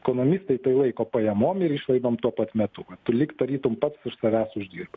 ekonomistai tai laiko pajamom ir išlaidom tuo pat metu tu lyg tarytum pats iš savęs uždirbi